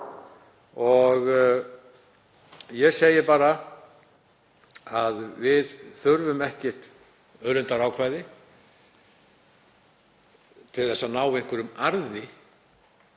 Ég segi bara að við þurfum ekkert auðlindaákvæði til þess að ná einhverjum arði